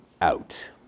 out